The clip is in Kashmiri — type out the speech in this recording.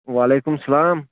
وعلیکُم السَلام